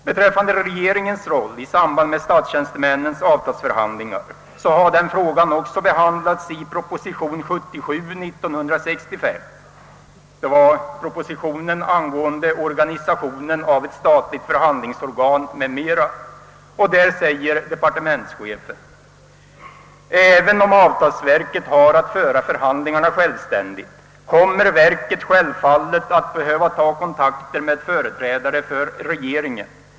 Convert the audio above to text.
Beträffande regeringens roll i fråga om statstjänstemännens avtalsförhandlingar har den frågan också behandlats, nämligen i propositionen 1965: 77 — propositionen angående organisationen av ett statligt förhandlingsorgan m, m. Där säger departementschefen: »Även om avtalsverket har att föra förhandlingarna = självständigt kommer verket självfallet att behöva ta kontakter med företrädare för regeringen.